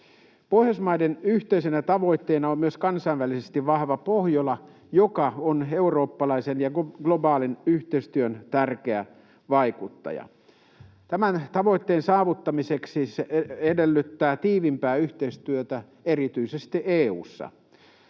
Pohjoismaiden yhteisenä tavoitteena on myös kansainvälisesti vahva Pohjola, joka on eurooppalaisen ja globaalin yhteistyön tärkeä vaikuttaja. Tämän tavoitteen saavuttaminen edellyttää tiiviimpää yhteistyötä erityisesti EU:ssa.